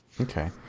Okay